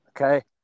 okay